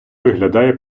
виглядає